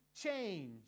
change